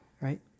Right